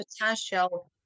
potential